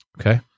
Okay